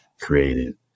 created